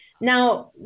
Now